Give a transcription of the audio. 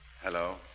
Hello